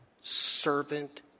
servant